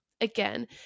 again